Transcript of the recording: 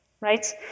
right